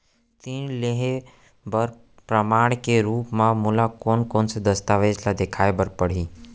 ऋण लिहे बर प्रमाण के रूप मा मोला कोन से दस्तावेज ला देखाय बर परही?